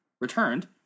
returned